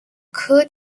蓼科